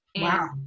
Wow